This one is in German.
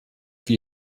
wie